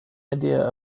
idea